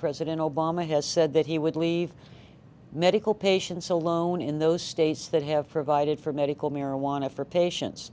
president obama has said that he would leave medical patients alone in those states that have provided for medical marijuana for patients